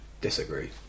Disagree